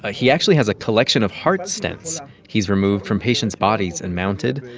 ah he actually has a collection of heart stents he's removed from patients' bodies and mounted.